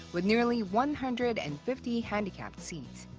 with nearly one hundred and fifty handicapped seats.